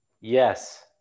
Yes